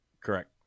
correct